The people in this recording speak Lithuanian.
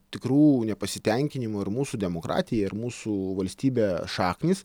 tikrų nepasitenkinimo ir mūsų demokratija ir mūsų valstybe šaknys